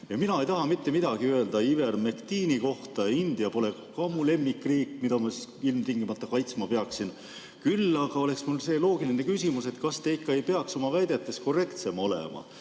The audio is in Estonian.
Mina ei taha mitte midagi öelda ivermektiini kohta. India pole ka mu lemmikriik, mida ma ilmtingimata kaitsma peaksin. Küll aga on mul see loogiline küsimus, et kas te ikka ei peaks oma väidetes korrektsem olema?